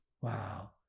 Wow